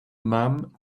mom